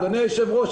אדוני היושב ראש,